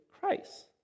Christ